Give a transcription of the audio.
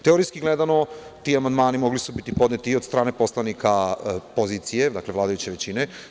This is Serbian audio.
Teorijski gledano, ti amandmani mogli su biti podneti i od strane poslanika pozicije, dakle vladajuće većine.